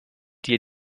dir